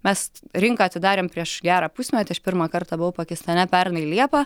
mes rinką atidarėm prieš gerą pusmetį aš pirmą kartą buvau pakistane pernai liepą